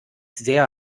sehr